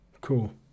Cool